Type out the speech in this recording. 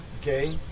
okay